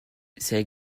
say